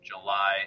July